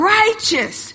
righteous